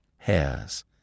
hairs